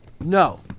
No